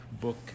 book